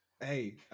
Hey